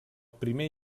primer